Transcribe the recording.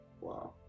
wow